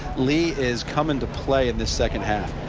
lee is coming to play in the second half.